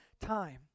time